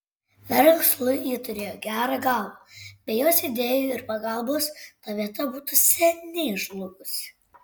verslui ji turėjo gerą galvą be jos idėjų ir pagalbos ta vieta būtų seniai žlugusi